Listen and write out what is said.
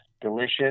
delicious